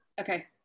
okay